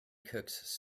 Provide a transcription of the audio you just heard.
cooks